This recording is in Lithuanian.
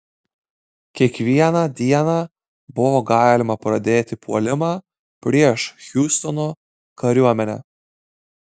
kiekvieną dieną buvo galima pradėti puolimą prieš hjustono kariuomenę